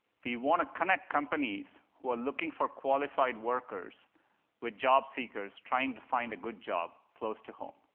we want to connect companies who are looking for qualified workers with job seekers trying to find a good job close to home.